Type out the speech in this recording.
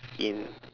in